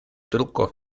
truco